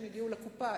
שיגיעו לקופה,